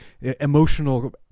emotional